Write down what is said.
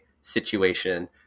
situation